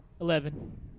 Eleven